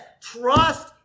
Trust